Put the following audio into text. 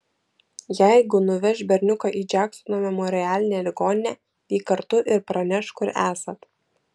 jeigu nuveš berniuką į džeksono memorialinę ligoninę vyk kartu ir pranešk kur esat